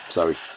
Sorry